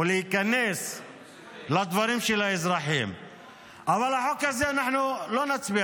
ולא לדלג על שלב מסוים כי הוא נראה קצת